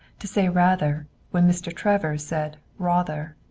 to say rather when mr. travers said rawther.